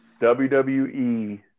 WWE